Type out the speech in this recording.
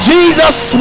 Jesus